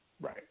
Right